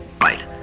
Right